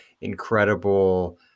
incredible